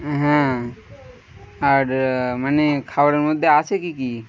হ্যাঁ আর মানে খাাবারের মধ্যে আছে কি কি